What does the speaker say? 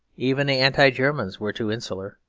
even the anti-germans were too insular.